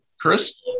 Chris